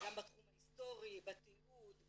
גם בתחום ההיסטורי, בתיעוד,